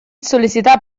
sol·licitar